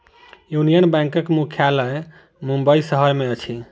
union बैंकक मुख्यालय मुंबई शहर में अछि